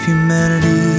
Humanity